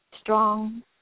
strong